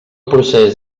procés